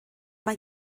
mae